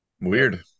Weird